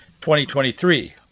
2023